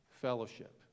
Fellowship